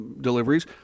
deliveries